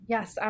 Yes